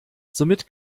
somit